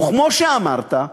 וכמו שאמרת,